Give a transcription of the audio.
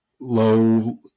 low